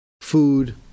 food